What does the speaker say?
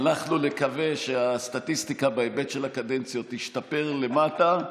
אנחנו נקווה שהסטטיסטיקה בהיבט של הקדנציות תשתפר למטה,